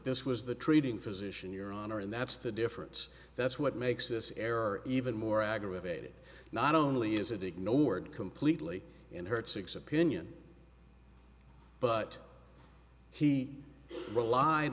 this was the treating physician your honor and that's the difference that's what makes this error even more aggravated not only is it ignored completely unheard six opinion but he relied